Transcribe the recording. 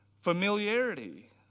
familiarity